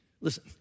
Listen